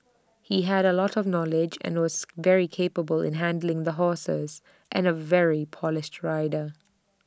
he had A lot of knowledge and was very capable in handling the horses and A very polished rider